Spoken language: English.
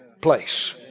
place